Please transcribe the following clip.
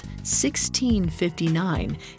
1659